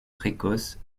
précoce